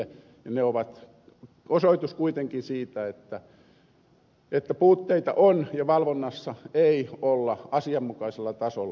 ne ovat osoitus kuitenkin siitä että puutteita on ja valvonnassa ei olla asianmukaisella tasolla